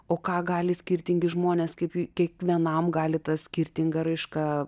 o ką gali skirtingi žmonės kaip kiekvienam gali tas skirtinga raiška